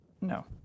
No